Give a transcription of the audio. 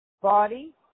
body